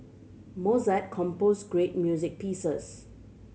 Mozart composed great music pieces